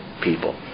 people